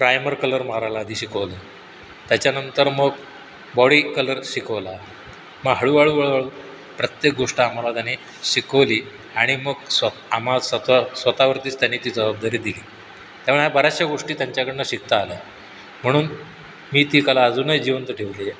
primer colour मारायला आधी शिकवलं त्याच्या नंतर मग बॉडी कलर शिकवला मग हळूहळू हळूहळू प्रत्येक गोष्ट आमाला त्यांनी शिकवली आणि मग स्व आमा स्वत स्वत वरतीच त्यांनी ती जबाबदारी दिली त्यामुळे आम्ही बऱ्याचशा गोष्टी त्यांच्याकडनं शिकता आल्या म्हणून मी ती कला अजूनही जिवंत ठेवली आहे